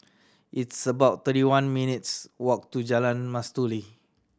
it's about thirty one minutes' walk to Jalan Mastuli